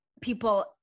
people